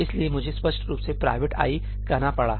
इसलिए मुझे स्पष्ट रूप से 'private' कहना पड़ा